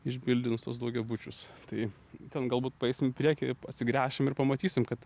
išbildins tuos daugiabučius tai ten galbūt paeisim į priekį atsigręšim ir pamatysim kad